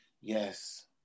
yes